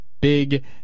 big